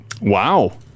Wow